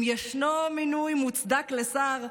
אם ישנו מינוי מוצדק לשר,